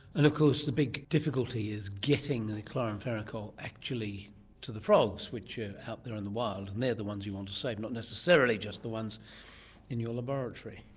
and of course the big difficulty is getting the chloramphenicol actually to the frogs which are out there in the wild, and they're the ones you want to save, not necessarily just the ones in your laboratory.